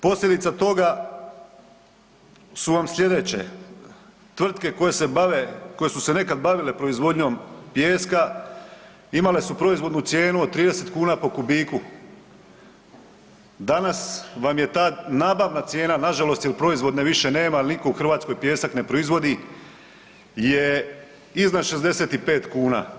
Posljedica toga su vam slijedeće, tvrtke koje se bave, koje su se nekad bavile proizvodnjom pijeska imale su proizvodnu cijenu od 30 kuna po kubiku, danas vam je ta nabavna cijena nažalost jer proizvodne više nema jer nitko u Hrvatskoj pijesak ne proizvodi je iznad 65 kuna.